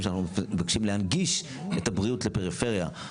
שאנחנו מבקשים להנגיש את הבריאות לפריפריה.